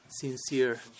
sincere